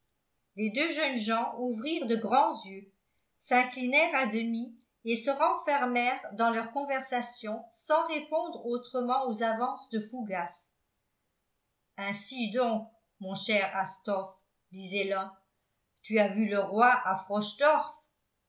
les deux jeunes gens ouvrirent de grands yeux s'inclinèrent à demi et se renfermèrent dans leur conversation sans répondre autrement aux avances de fougas ainsi donc mon cher astophe disait l'un tu as vu le roi à